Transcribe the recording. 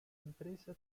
empresa